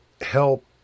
help